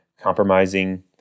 compromising